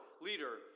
leader